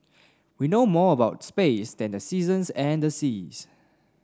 we know more about space than the seasons and the seas